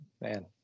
man